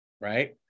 right